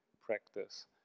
practice